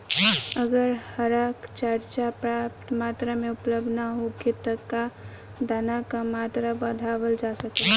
अगर हरा चारा पर्याप्त मात्रा में उपलब्ध ना होखे त का दाना क मात्रा बढ़ावल जा सकेला?